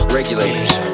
Regulators